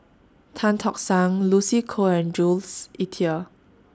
Tan Tock San Lucy Koh and Jules Itier